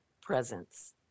presence